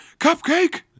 Cupcake